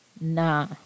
nah